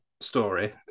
story